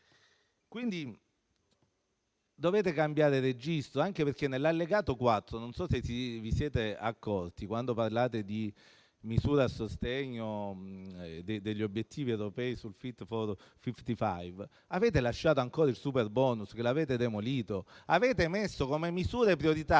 danni. Dovete cambiare registro, anche perché nell'allegato 4 - non so se ve ne siete accorti - quando parlate di misure a sostegno degli obiettivi europei sul Fit for 55, avete lasciato ancora il superbonus che avete demolito. Avete inserito come misure prioritarie